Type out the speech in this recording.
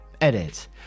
edit